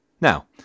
Now